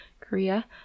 Korea